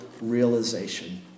realization